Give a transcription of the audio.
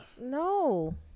No